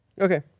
Okay